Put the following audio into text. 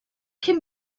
can